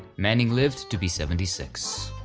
manning lived to be seventy six.